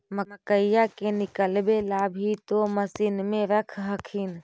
मकईया के निकलबे ला भी तो मसिनबे रख हखिन?